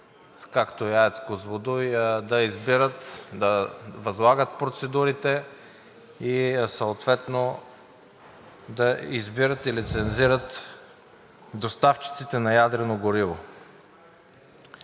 както и АЕЦ „Козлодуй“, да избират и възлагат процедурите и съответно да избират и лицензират доставчиците на ядрено гориво.